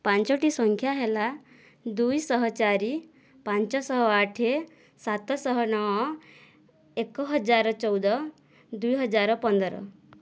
ପାଞ୍ଚୋଟି ସଂଖ୍ୟା ହେଲା ଦୁଇ ଶହ ଚାରି ପାଞ୍ଚ ଶହ ଆଠ ସାତ ଶହ ନଅ ଏକ ହଜାର ଚଉଦ ଦୁଇ ହଜାର ପନ୍ଦର